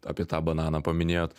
apie tą bananą paminėjot